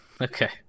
okay